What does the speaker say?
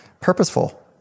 purposeful